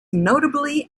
notably